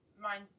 Mine's